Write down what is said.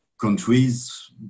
countries